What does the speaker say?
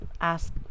ask